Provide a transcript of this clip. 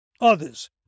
others